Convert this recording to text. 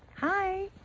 hi!